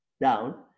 down